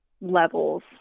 levels